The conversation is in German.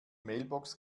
mailbox